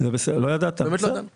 סביר להניח שלא יהיה ביטוח